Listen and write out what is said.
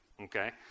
okay